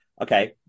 Okay